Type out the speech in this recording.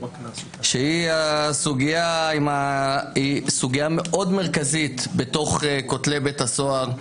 שהוא סוגיה מאוד מרכזית תוך כותלי בית הסוהר,